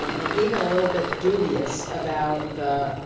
um and even a little bit dubious about the